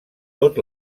tot